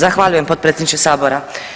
Zahvaljujem potpredsjedniče Sabora.